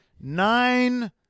nine